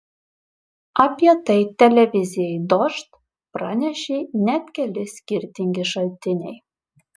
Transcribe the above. apie tai televizijai dožd pranešė net keli skirtingi šaltiniai